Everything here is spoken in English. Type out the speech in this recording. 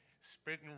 spitting